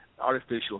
artificial